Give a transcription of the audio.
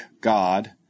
God